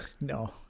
No